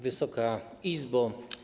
Wysoka Izbo!